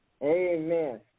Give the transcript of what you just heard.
Amen